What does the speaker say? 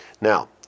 Now